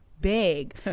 big